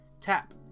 tap